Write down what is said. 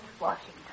Washington